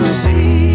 see